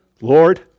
Lord